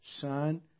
son